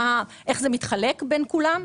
איך זה מתחלק בין כולם,